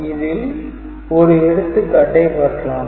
இதில் ஒரு எடுத்துக்காட்டை பார்க்கலாம்